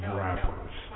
rappers